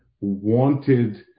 wanted